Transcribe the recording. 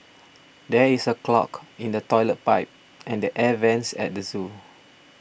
there is a clog in the Toilet Pipe and the Air Vents at the zoo